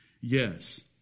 Yes